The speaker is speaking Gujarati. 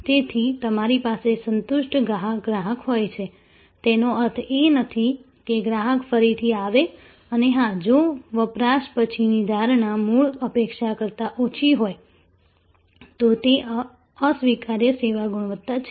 તેથી તમારી પાસે સંતુષ્ટ ગ્રાહક હોય છે તેનો અર્થ એ નથી કે ગ્રાહક ફરીથી આવે અને હા જો વપરાશ પછીની ધારણા મૂળ અપેક્ષા કરતાં ઓછી હોય તો તે અસ્વીકાર્ય સેવા ગુણવત્તા છે